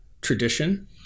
tradition